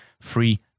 free